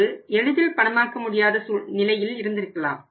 முன்பு எளிதில் பணமாக்க முடியாத நிலையில் இருந்திருக்கலாம்